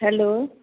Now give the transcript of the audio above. hello